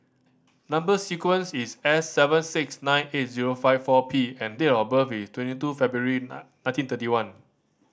number sequence is S seven six nine eight zero five four P and date of birth is twenty two February nineteen thirty one